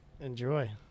Enjoy